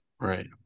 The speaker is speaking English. right